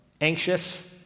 anxious